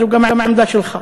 זו העמדה שלך.